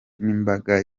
n’imbaga